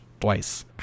twice